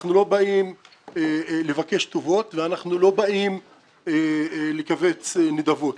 אנחנו לא באים לבקש טובות ואנחנו לא באים לקבץ נדבות.